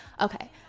Okay